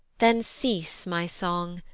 then cease, my song,